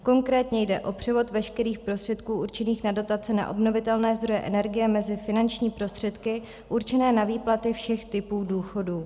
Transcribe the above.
Konkrétně jde o převod veškerých prostředků určených na dotace na obnovitelné zdroje energie mezi finanční prostředky určené na výplaty všech typů důchodů.